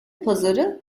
pazarı